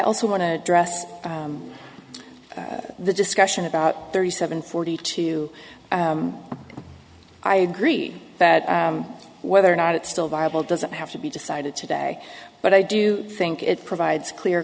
also want to address the discussion about thirty seven forty two i agree that whether or not it's still viable doesn't have to be decided today but i do think it provides a clear